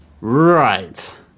Right